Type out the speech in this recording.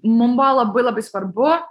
mum buvo labai labai svarbu